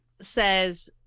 Says